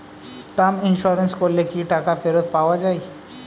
Term insurance করলে কি টাকা ফেরত পাওয়া যায়?